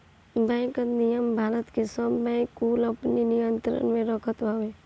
bank अधिनियम भारत के सब बैंक कुल के अपनी नियंत्रण में रखत हवे